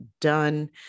done